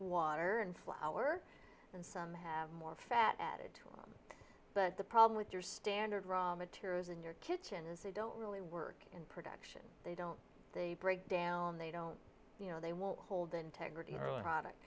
water and flour and some have more fat added to them but the problem with your standard raw materials in your kitchen is they don't really work in production they don't they break down they don't you know they won't hold integrity earl